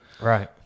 Right